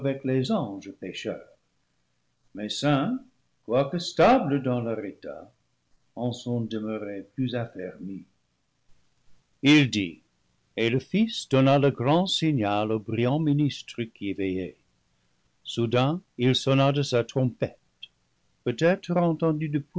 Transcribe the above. les anges pécheurs mes saints quoique stables dans leur état en sont demeurés plus affermis il dit et le fils donna le grand signal au brillant ministre qui veillait soudain il sonna de sa trompette